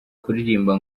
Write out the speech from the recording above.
kuririmba